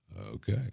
Okay